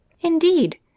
Indeed